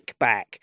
kickback